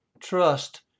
trust